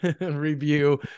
review